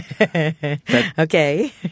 okay